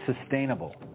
sustainable